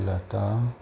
Lata